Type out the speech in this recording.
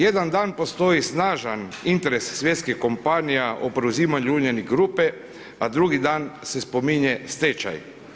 Jedan dan postoji snažan interes svjetskih kompanija o preuzimanju Uljanik grupe, a drugi dan se spominje stečaj.